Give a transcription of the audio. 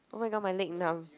oh-my-god my leg numb